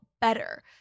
better